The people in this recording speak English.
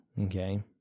Okay